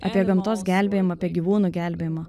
apie gamtos gelbėjimą apie gyvūnų gelbėjimą